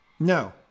No